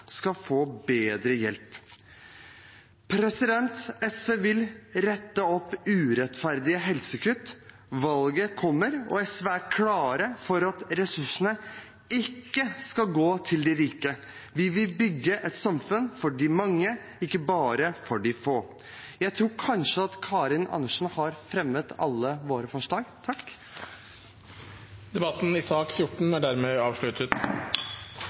skal få bedre hjelp. SV vil rette opp urettferdige helsekutt. Valget kommer, og SV er klare for at ressursene ikke skal gå til de rike. Vi vil bygge et samfunn for de mange, ikke bare for de få.